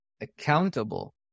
accountable